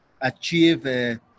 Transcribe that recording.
achieve